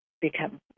become